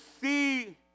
see